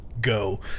Go